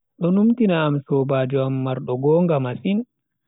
Do numtina am sobaajo am mardo gonga masin.